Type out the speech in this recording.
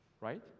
Right